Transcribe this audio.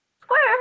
Square